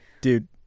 dude